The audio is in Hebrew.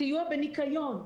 סיוע בניקיון,